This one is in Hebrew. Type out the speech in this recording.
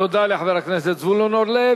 תודה לחבר הכנסת זבולון אורלב.